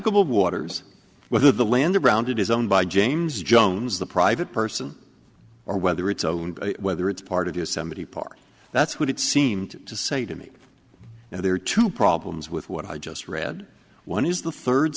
navigable waters whether the land around it is owned by james jones the private person or whether it's own whether it's part of yosemite park that's what it seemed to say to me now there are two problems with what i just read one is the third